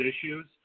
issues